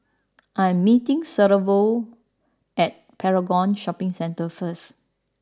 I am meeting Severo at Paragon Shopping Centre First